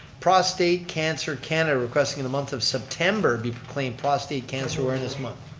prostate cancer canada requesting the month of september be proclaimed prostate cancer awareness month.